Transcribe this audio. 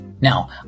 Now